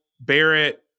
Barrett